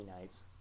Nights